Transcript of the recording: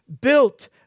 built